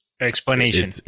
Explanation